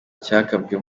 cyagabwe